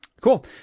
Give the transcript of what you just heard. cool